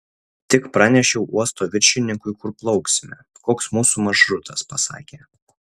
tik pranešiau uosto viršininkui kur plauksime koks mūsų maršrutas pasakė